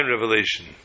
revelation